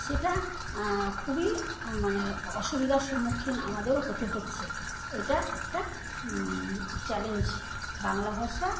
সেটা খুবই মানে অসুবিধার সম্মুখীন আমাদের হতে হচ্ছে এটা একটা চ্যালেঞ্জ বাংলা ভাষা